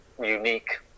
unique